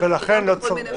תפקידם בכל מיני מקומות.